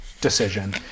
decision